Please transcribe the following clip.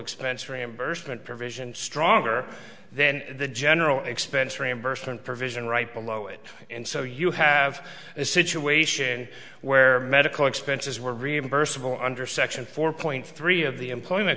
expense reimbursement provision stronger then the general expense reimbursement provision right below it and so you have a situation where medical expenses were reimbursable under section four point three of the employment